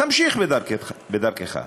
תמשיך בדרכך.